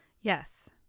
yes